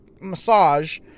massage